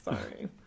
sorry